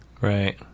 right